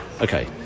Okay